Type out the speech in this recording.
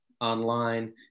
online